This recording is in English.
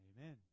Amen